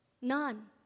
None